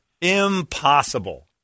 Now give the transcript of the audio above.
Impossible